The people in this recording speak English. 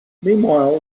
meanwhile